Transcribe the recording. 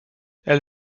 elle